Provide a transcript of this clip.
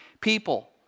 people